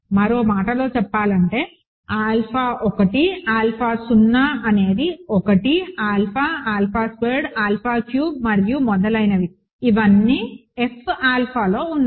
మరో మాటలో చెప్పాలంటే ఆల్ఫా 1 ఆల్ఫా పవర్ 0 అనేది 1 alpha alpha squared alpha cubed మరియు మొదలైనవి ఇవన్నీ F ఆల్ఫాలో ఉన్నాయి